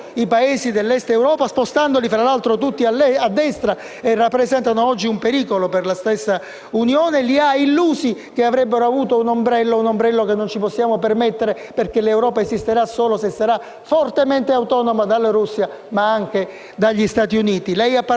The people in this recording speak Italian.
che avrebbero avuto un ombrello che non ci possiamo permettere, perché l'Europa esisterà solo se sarà fortemente autonoma dalla Russia, ma anche dagli Stati Uniti. Lei ha parlato di immigrazione, signor Presidente del Consiglio, ma sa bene che la soluzione reale del problema dipende